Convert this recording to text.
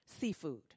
seafood